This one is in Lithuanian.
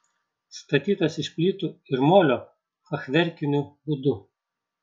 statytas iš plytų ir molio fachverkiniu būdu